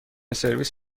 سرویس